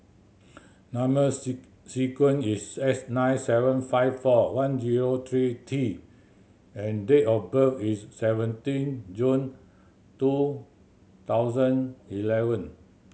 number sequence is S nine seven five four one zero three T and date of birth is seventeen June two thousand eleven